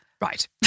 Right